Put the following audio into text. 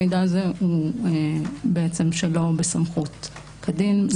המידע הזה בעצם שלא בסמכות כדין.